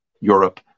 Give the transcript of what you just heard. Europe